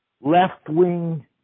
left-wing